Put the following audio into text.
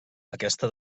aquesta